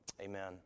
Amen